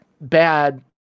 bad